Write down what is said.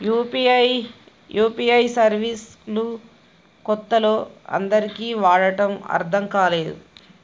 UPI service లు కొత్తలో అందరికీ వాడటం అర్థం కాలేదు